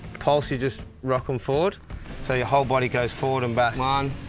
pulse you're just rocking forward so your whole body goes forward and back. one,